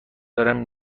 دارم